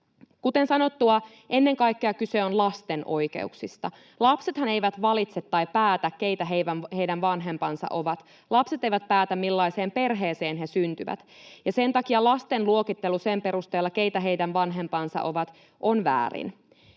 Kuten sanottua, ennen kaikkea kyse on lasten oikeuksista. Lapsethan eivät valitse tai päätä, keitä heidän vanhempansa ovat. Lapset eivät päätä, millaiseen perheeseen he syntyvät, ja sen takia lasten luokittelu sen perusteella, keitä heidän vanhempansa ovat, on väärin.